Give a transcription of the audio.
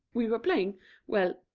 we were playing well,